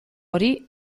hori